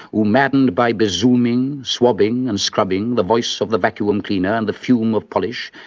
who maddened by besoming, swabbing and scrubbing, the voice of the vacuum-cleaner and the fume of polish,